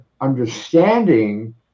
understanding